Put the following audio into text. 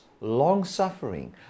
long-suffering